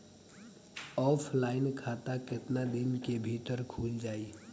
Offline खाता केतना दिन के भीतर खुल जाई?